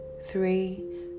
three